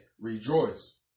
rejoice